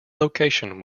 location